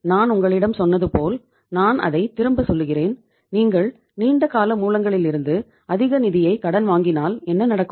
எனவே நான் உங்களிடம் சொன்னது போல் நான் அதை திரும்பப் சொல்லுகிறேன் நீங்கள் நீண்ட கால மூலங்களிலிருந்து அதிக நிதியைக் கடன் வாங்கினால் என்ன நடக்கும்